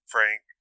Frank